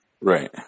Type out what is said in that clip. Right